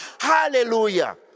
hallelujah